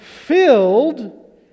filled